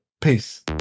Peace